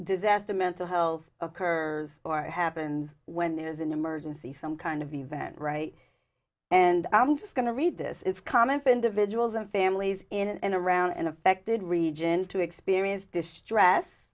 disaster mental health occurs or happens when there's an emergency some kind of event right and i'm just going to read this it's common for individuals and families in and around and affected region to experience distress